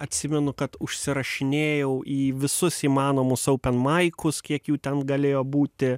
atsimenu kad užsirašinėjau į visus įmanomus aupenmaikus kiek jų ten galėjo būti